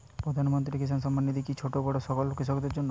প্রধানমন্ত্রী কিষান সম্মান নিধি কি ছোটো বড়ো সকল কৃষকের জন্য?